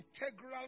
integral